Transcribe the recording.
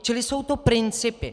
Čili jsou to principy.